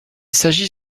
s’agit